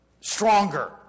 stronger